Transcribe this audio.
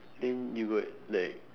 then you got like